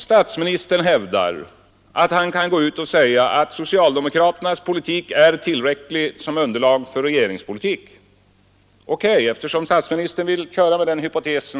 Statsministern hävdar att socialdemokraternas politik är tillräcklig som underlag för regeringspolitik — all right, eftersom statsministern vill driva den hypotesen.